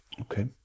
okay